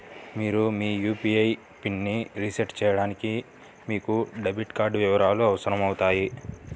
మీరు మీ యూ.పీ.ఐ పిన్ని రీసెట్ చేయడానికి మీకు డెబిట్ కార్డ్ వివరాలు అవసరమవుతాయి